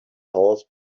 horse